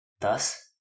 Thus